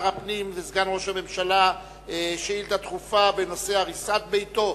שר הפנים וסגן ראש הממשלה שאילתא דחופה בנושא הריסת ביתו